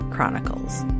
Chronicles